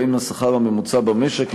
ובהם השכר הממוצע במשק,